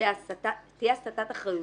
אז תהיה הסטת אחריות,